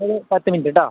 ഒരു പത്ത് മിനിറ്റ് കേട്ടോ